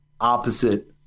opposite